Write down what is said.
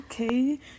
Okay